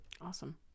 Awesome